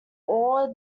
all